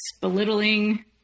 belittling